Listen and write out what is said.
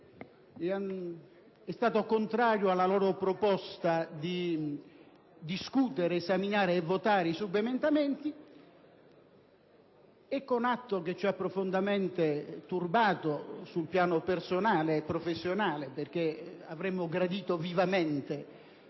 è stato contrario alla loro proposta di discutere, esaminare e votare i subemendamenti e, con un atto che ci ha profondamente turbato sul piano personale e professionale, perché avremmo gradito vivamente